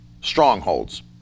strongholds